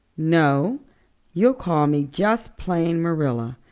no you'll call me just plain marilla.